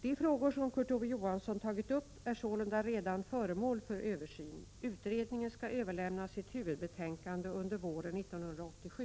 De frågor som Kurt Ove Johansson tagit upp är sålunda redan föremål för översyn. Utredningen skall överlämna sitt huvudbetänkande under våren 1987.